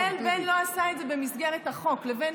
ההבדל בין "לא עשה את זה במסגרת החוק" לבין